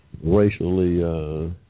Racially